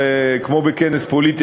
וכמו בכנס פוליטי,